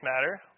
matter